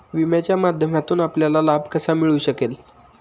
विम्याच्या माध्यमातून आपल्याला लाभ कसा मिळू शकेल?